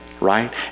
Right